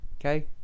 Okay